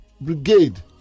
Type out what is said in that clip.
brigade